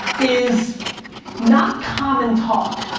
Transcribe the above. is not common talk,